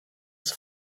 het